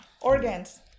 Organs